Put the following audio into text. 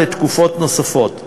לתקופות נוספות,